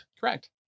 correct